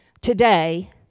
today